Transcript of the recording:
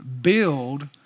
build